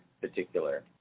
particular